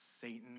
Satan